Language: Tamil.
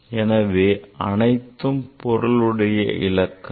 எனவே அனைத்தும் பொருளுடையவிலக்கம்